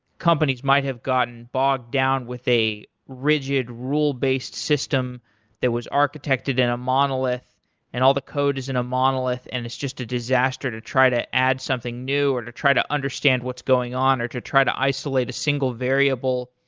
companies might have gotten bogged down with a rigid rule-based system that was architected in a monolith and all the code is in a monolith and is just a disaster to try to add something new or try to understand what's going on or to try to isolate a single variable.